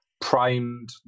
primed